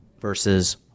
versus